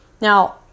Now